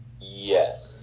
Yes